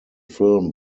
film